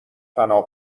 فنا